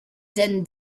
din